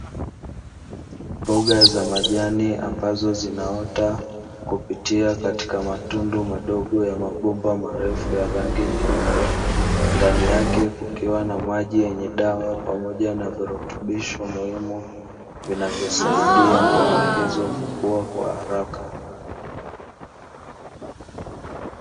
Mboga za majani ambazo zinaota kupitia katika matundu madogo ya mabomba marefu ya rangi nyeupe, ndani yake kukiwa na maji yenye dawa pamoja na virutubisho muhimu vinavyosaidia mboga hizo kukua kwa haraka.